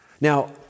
Now